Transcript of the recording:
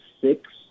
six